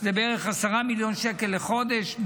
שזה בערך 10 מיליון שקל לחודש,